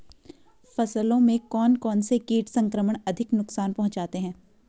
फसलों में कौन कौन से कीट संक्रमण अधिक नुकसान पहुंचाते हैं?